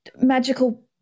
magical